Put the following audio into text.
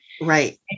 Right